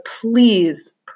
please